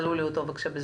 בבקשה.